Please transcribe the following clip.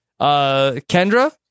Kendra